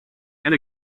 and